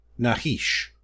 Nahish